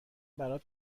برات